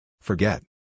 Forget